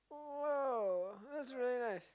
!wow! that's really nice